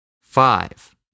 five